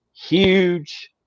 huge